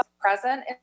present